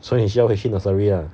所以你需要回去 nursery lah so